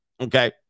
Okay